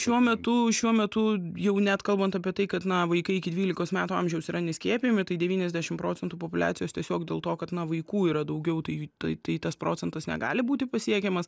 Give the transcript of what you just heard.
šiuo metu šiuo metu jau net kalbant apie tai kad na vaikai iki dvylikos metų amžiaus yra neskiepijami tai devyniasdešimt procentų populiacijos tiesiog dėl to kad na vaikų yra daugiau tai tai tas procentas negali būti pasiekiamas